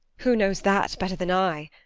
who knows that better than i?